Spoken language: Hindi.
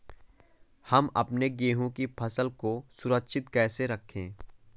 हम अपने गेहूँ की फसल को सुरक्षित कैसे रखें?